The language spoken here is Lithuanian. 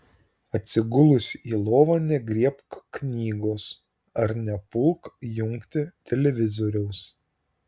atsigulusi į lovą negriebk knygos ar nepulk jungti televizoriaus